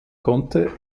konnte